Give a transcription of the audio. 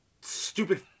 stupid